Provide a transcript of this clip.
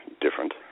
different